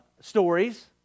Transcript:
stories